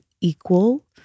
equal